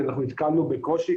ונתקלנו בקושי.